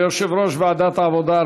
תודה ליושב-ראש ועדת העבודה,